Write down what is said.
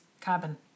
cabin